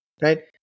right